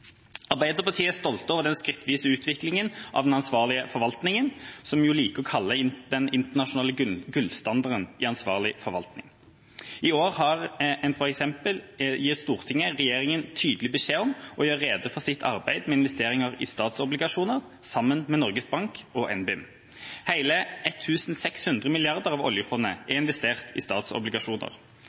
Arbeiderpartiet er stolt over den skrittvise utviklingen av den ansvarlige forvaltningen, som vi jo liker å kalle den internasjonale gullstandarden i ansvarlig forvaltning. I år gir Stortinget regjeringa tydelig beskjed om å gjøre rede for sitt arbeid med investeringer i statsobligasjoner, sammen med Norges Bank og NBIM. Hele 1 600 mrd. kr av oljefondet er investert i statsobligasjoner.